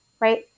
right